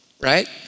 right